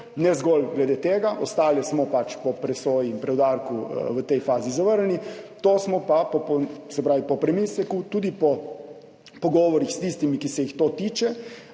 ne zgolj glede tega, ostale smo po presoji in preudarku v tej fazi zavrnili, to smo pa po premisleku, tudi po pogovorih s tistimi, ki se jih to tiče,